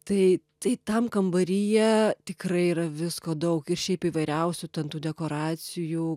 tai tai tam kambaryje tikrai yra visko daug ir šiaip įvairiausių ten tų dekoracijų